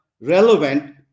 relevant